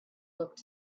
looked